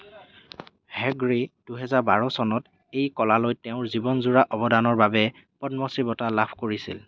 হেগড়েই দুহেজাৰ বাৰ চনত এই কলালৈ তেওঁৰ জীৱনজোৰা অৱদানৰ বাবে পদ্মশ্ৰী বঁটা লাভ কৰিছিল